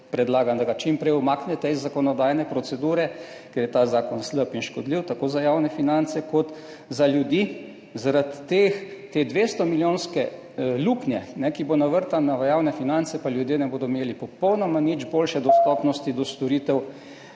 predlagam, da ga čim prej umaknete iz zakonodajne procedure, ker je ta zakon slab in škodljiv tako za javne finance kot za ljudi. Zaradi te 200-milijonske luknje, ki bo navrtana v javne finance, pa ljudje ne bodo imeli popolnoma nič boljše dostopnosti do storitev,